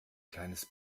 kleines